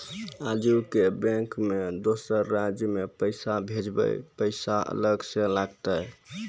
आजे के बैंक मे दोसर राज्य मे पैसा भेजबऽ पैसा अलग से लागत?